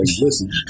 listen